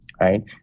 right